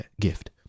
gift